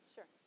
Sure